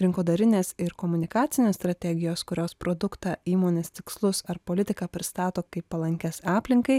rinkodarinės ir komunikacinės strategijos kurios produktą įmonės tikslus ar politiką pristato kaip palankias aplinkai